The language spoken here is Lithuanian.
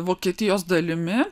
vokietijos dalimi